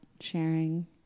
sharing